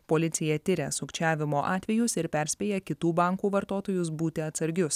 policija tiria sukčiavimo atvejus ir perspėja kitų bankų vartotojus būti atsargius